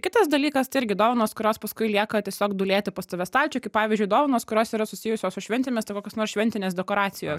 kitas dalykas tai irgi dovanos kurios paskui lieka tiesiog dūlėti pas tave stalčiuj kaip pavyzdžiui dovanos kurios yra susijusios su šventėmis tai kokios nors šventinės dekoracijos